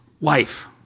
Wife